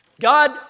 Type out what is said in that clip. God